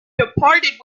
departed